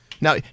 now